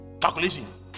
calculations